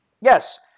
Yes